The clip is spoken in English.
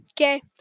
okay